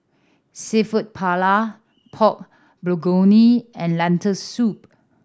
Seafood Paella Pork Bulgogi and Lentil Soup